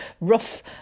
rough